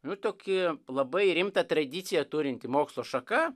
nu toki labai rimtą tradiciją turinti mokslo šaka